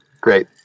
Great